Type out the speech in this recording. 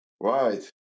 right